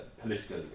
political